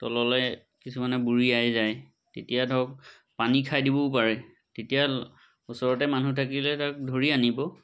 তললৈ কিছুমানে বুৰিয়াই যায় তেতিয়া ধৰক পানী খাই দিবও পাৰে তেতিয়া ওচৰতে মানুহ থাকিলে ধৰক ধৰি আনিব